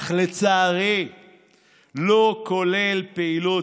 אך לצערי זה לא כולל פעילות,